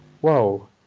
whoa